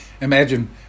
Imagine